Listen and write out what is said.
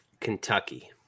Kentucky